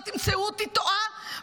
לא תמצאו אותי טועה,